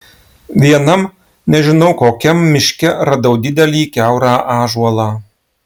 vienam nežinau kokiam miške radau didelį kiaurą ąžuolą